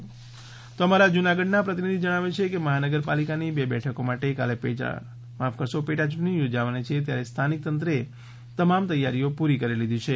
જુનાગઢ પેટા ચૂંટણી તો અમારા જૂનાગઢ ના પ્રતિનિધિ જણાવે છે કે મહાનગરપાલિકાની બે બેઠકો માટે કાલે પેટા યૂંટણી યોજાવાની છે ત્યારે સ્થાનિક તંત્રે તમામ તૈયારીઓ પુરી કરી લીધી છે